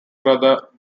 brother